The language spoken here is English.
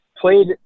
played